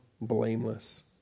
blameless